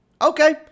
Okay